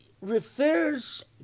refers